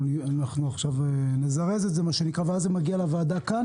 אנחנו עכשיו נזרז את זה ואז זה מגיע לוועדה הזאת?